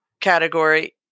category